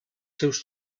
seus